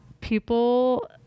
people